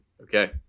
Okay